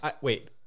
Wait